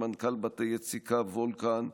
מנכ"ל בתי יציקה וולקן,